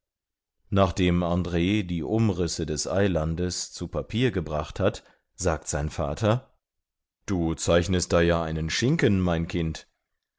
nachdem andr die umrisse des eilandes zu papier gebracht hat sagt sein vater du zeichnest ja da einen schinken mein kind